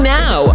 now